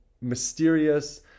mysterious